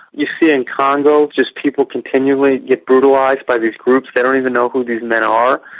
you see in congo just people continually get brutalised like by these groups. they don't even know who these men are.